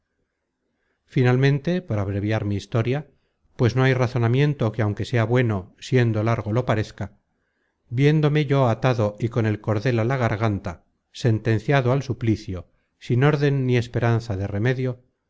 finalmente por abreviar mi historia pues no hay razonamiento que aunque sea bueno siendo largo lo parezca viéndome yo atado y con el cordel á la garganta sentenciado al suplicio sin órden ni esperanza de remedio